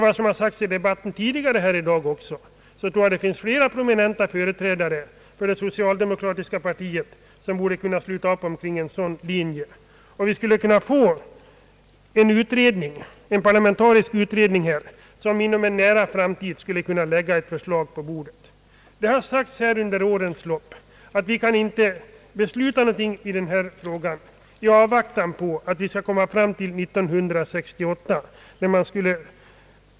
Vad som har sagts tidigare i debatten i dag ger vid handen att det finns flera prominenta företrädare för socialdemokratin som också borde kunna sluta upp kring en sådan linje, och vi skulle kunna få en parlamentarisk utredning som inom en nära framtid kunde lägga ett förslag på bordet. Det har under årens lopp sagts att vi inte kunde besluta någonting i denna fråga förrän år 1968.